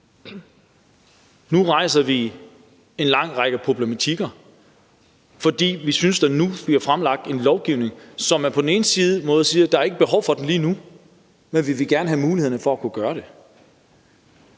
Nu rejser vi så en lang række problematikker, fordi vi synes, at der nu bliver fremlagt en lovgivning, hvor man på den ene side siger, at der ikke er behov for den lige nu, men man gerne vil have mulighederne for at kunne gøre det,